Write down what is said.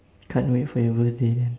can't wait for your birthday then